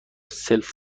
سلف